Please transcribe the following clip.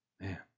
Man